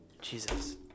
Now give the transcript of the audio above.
Jesus